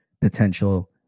potential